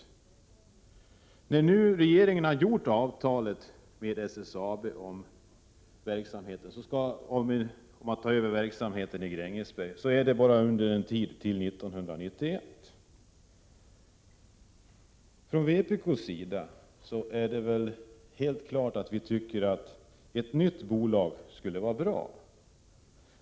Även om nu regeringen har träffat avtal med SSAB om ett övertagande av verksamheten i Grängesberg, gäller det bara under tiden fram till 1991. Vi i vpk tycker självfallet att det skulle vara bra med ett nytt bolag.